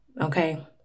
okay